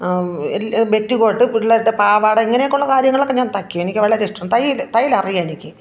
Betty coat പിള്ളേരുടെ പാവാട ഇങ്ങനെയൊക്കെ ഉള്ള കാര്യങ്ങളൊക്കെ ഞാൻ തയ്ക്കും എനിക്ക് വളരെ ഇഷ്ടം തയ്യല് തയ്യൽ അറിയാം എനിക്ക്